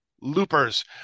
loopers